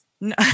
no